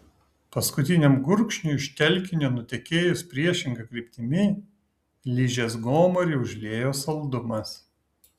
paskutiniam gurkšniui iš telkinio nutekėjus priešinga kryptimi ližės gomurį užliejo saldumas